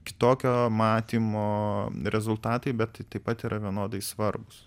kitokio matymo rezultatai bet taip pat yra vienodai svarbūs